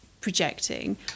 projecting